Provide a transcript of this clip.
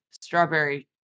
strawberry